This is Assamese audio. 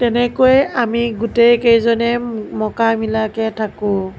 তেনেকৈয়ে আমি গোটেই কেইজনে মোকামিলাকে থাকোঁ